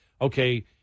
Okay